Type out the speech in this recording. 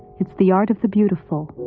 it's the art of the beautiful,